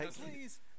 please